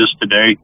today